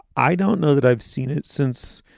i don't know that i've seen it since.